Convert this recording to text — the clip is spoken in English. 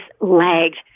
lagged